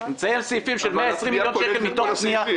יש שינויים --- המטוס כבר אושר.